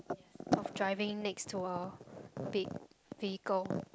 of driving next to a big vehicle